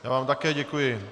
Já vám také děkuji.